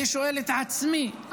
אני שואל את עצמי,